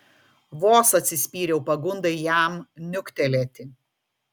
vos atsispyriau pagundai jam niuktelėti